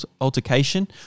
altercation